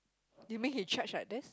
you mean he charge like this